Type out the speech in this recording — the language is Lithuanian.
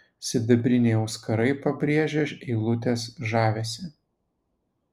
sidabriniai auskarai pabrėžė eilutės žavesį